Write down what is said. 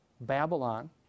Babylon